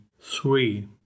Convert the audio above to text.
three